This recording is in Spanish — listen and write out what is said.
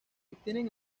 obtienen